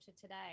today